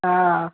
हा